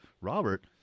Robert